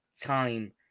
time